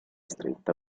stretta